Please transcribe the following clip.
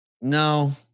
No